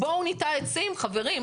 בואו ניטע עצים, חברים.